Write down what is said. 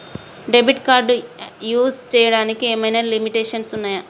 Debit card use చేయడానికి ఏమైనా limitations ఉన్నాయా?